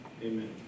Amen